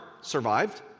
survived